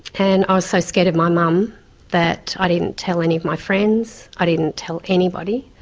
and i was so scared of my mum that i didn't tell any of my friends, i didn't tell anybody.